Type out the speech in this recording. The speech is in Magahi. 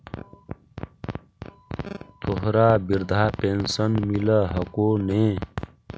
तोहरा वृद्धा पेंशन मिलहको ने?